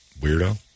weirdo